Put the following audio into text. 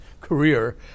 career